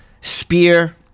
spear